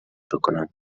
بکنند